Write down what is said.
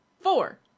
Four